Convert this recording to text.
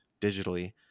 digitally